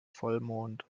vollmond